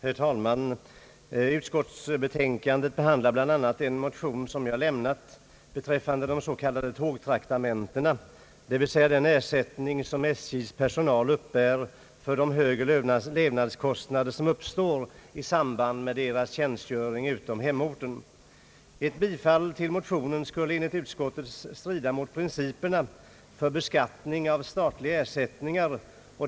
Herr talman! Utskottsbetänkandet behandlar bl.a. en motion som jag lämnat beträffande de s.k. tågtraktamentena, dvs. den ersättning som SJ:s personal uppbär för de högre levnadskostnader som uppstår i samband med tjänstgöring utom hemorten. Ett bifall till motionen skulle enligt utskottet strida mot principerna för beskattning av statliga ersättningar.